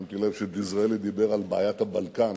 שמתי לב שד'יזרעאלי דיבר על בעיית הבלקן.